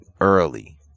early